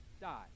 die